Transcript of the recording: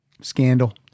Scandal